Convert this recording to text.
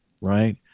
right